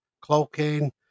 cloaking